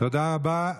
תודה רבה.